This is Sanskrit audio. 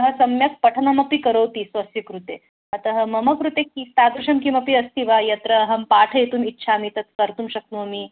सः सम्यक् पठनमपि करोति स्वस्य कृते अतः मम कृते किं तादृशं किमपि अस्ति वा यत्र अहं पाठयितुम् इच्छामि तत् कर्तुं शक्नोमि